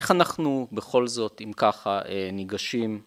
‫איך אנחנו בכל זאת, ‫אם ככה, ניגשים